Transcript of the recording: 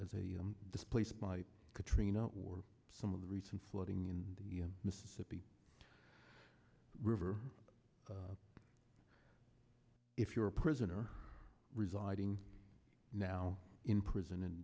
as a displaced by katrina or some of the recent flooding in the mississippi river if you're a prisoner residing now in prison in